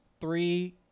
three